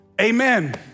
Amen